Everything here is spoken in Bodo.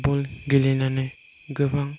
बल गेलेनानै गोबां